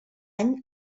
any